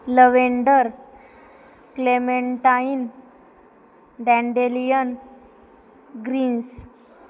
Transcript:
lavender clementine dandelion greens